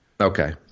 Okay